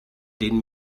den